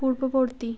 পূর্ববর্তী